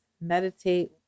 meditate